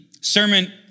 Sermon